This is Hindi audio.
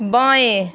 बाएँ